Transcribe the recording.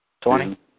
twenty